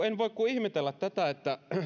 en voi kuin ihmetellä tätä